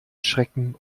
schrecken